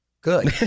Good